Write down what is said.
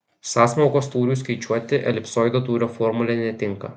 sąsmaukos tūriui skaičiuoti elipsoido tūrio formulė netinka